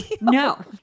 no